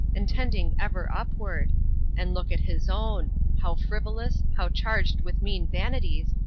and tending ever upward and look at his own how frivolous, how charged with mean vanities,